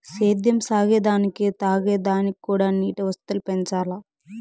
సేద్యం సాగే దానికి తాగే దానిక్కూడా నీటి వసతులు పెంచాల్ల